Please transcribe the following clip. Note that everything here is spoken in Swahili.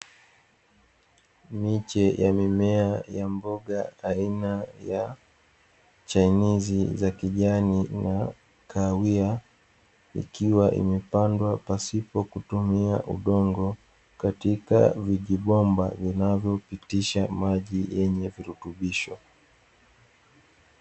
Miche ya mimea ya mboga aina ya chainizi za kijani na kahawia, ikiwa imepandwa pasipo kutumia udongo, katika vijibomba vinavyopitisha maji yenye virutubisho.